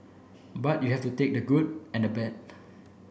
but you have to take the good and the bad